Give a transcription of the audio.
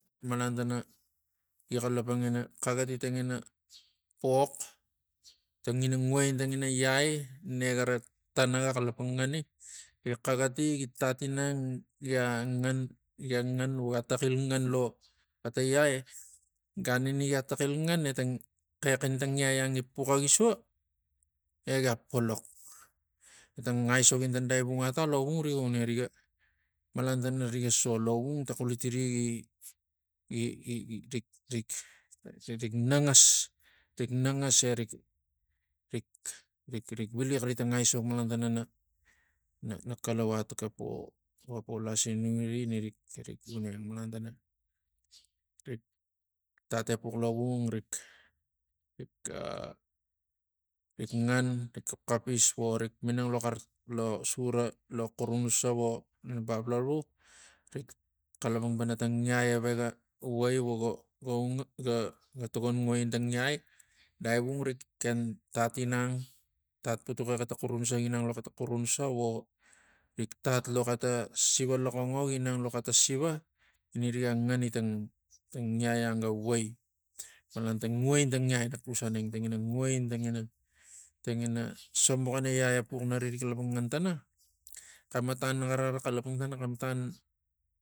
Malan tana gi xalapang ina xagati ta ngina pox ta ngina ngui ina tang ina ngiai negana tana ga xalapang ngani. Gi xagati gi tat ginang gia ngan gia ngan vo gia tagil ngan lo xeta ngiai ganini gi taxil ngan etan xek ina tang ngiai ang gi poxagisua egia polox. Ta aisok ina ta savung ata lovung riga uneng malan tana riga so lovung ta xuitiri gi- gi- gi- gi rik- rik- rik- rik na ngas rik nangas erik rik- rik- rik ina malan tana rik tat epux lo lovung rik- rikl ah rik ngan rik xapxapis vo rik minang lo xar lo sura lo xurunusa vo ta bap lavu rik xalapang panatang ngiai eve ga vai voga voga ga- ga- ga- ga tokon ngui ina tang ngiai. Daivung rik ken tat ginang tat putiki ta xeta xurunusa ginang lo xeta siva ina riga ngani tang tang ngial ang ga vali malan tana to ngui ina tang ngiainak xus aneng tangina ngui tangina sombucana ngiai nari nga xalapang ngan tana xematan nara xalapang tana xematan.